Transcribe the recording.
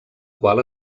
qual